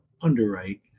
underwrite